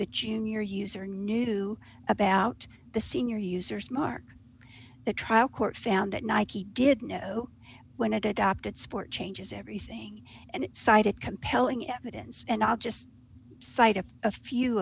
the junior user knew about the senior users mark the trial court found that nike did know when it adopted sport changes everything and cited compelling evidence and not just cited a few